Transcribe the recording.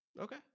Okay